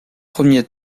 premier